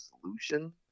solution